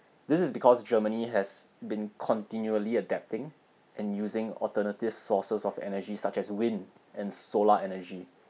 this is because germany has been continually adapting and using alternative sources of energy such as wind and solar energy